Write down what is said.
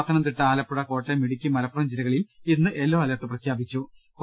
Pathanamthitta Alappuzha Kottayam Idukki Malappuram ജില്ലകളിൽ ഇന്ന് yellow alert പ്രഖ്യാപിച്ചിട്ടുണ്ട്